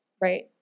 right